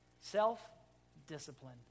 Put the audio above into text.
self-discipline